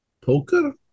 poker